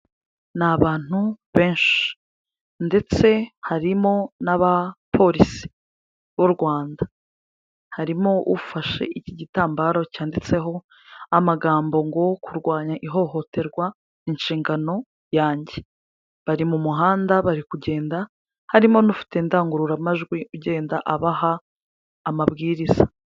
Ni abantu benshi ndetse harimo n'abapolisi b'u Rwanda, harimo ufashe iki gitambaro cyanditseho amagambo ngo kurwanya ihohoterwa ni inshingano yanjye, bari mu muhanda bari kugenda, harimo n'ufite indangururamajwi ugenda abaha amabwiriza.